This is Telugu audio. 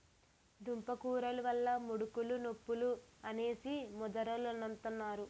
దుంపకూరలు వల్ల ముడుకులు నొప్పులు అనేసి ముదరోలంతన్నారు